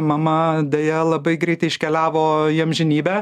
mama deja labai greitai iškeliavo į amžinybę